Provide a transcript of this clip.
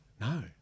No